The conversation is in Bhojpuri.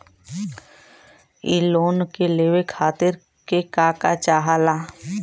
इ लोन के लेवे खातीर के का का चाहा ला?